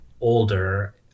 older